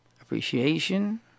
Appreciation